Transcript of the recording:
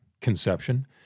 conception